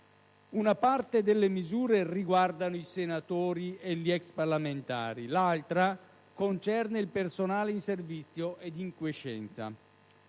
una parte delle misure riguarda i senatori e gli ex parlamentari, l'altra concerne il personale in servizio e in quiescenza.